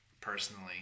personally